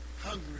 hungry